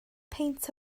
peint